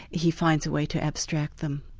he finds a way to extract them.